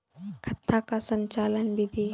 खाता का संचालन बिधि?